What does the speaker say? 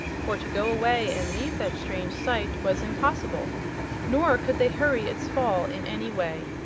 for to go away and leave that strange sight was impossible nor could they hurry its fall in any way.